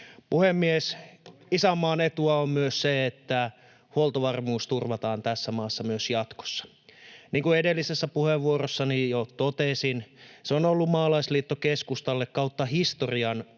Puhemies! Isänmaan etua on myös se, että huoltovarmuus turvataan tässä maassa myös jatkossa. Niin kuin edellisessä puheenvuorossani jo totesin, se on ollut maalaisliitto-keskustalle kautta historian